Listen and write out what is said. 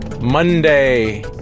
Monday